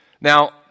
Now